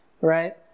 right